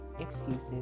excuses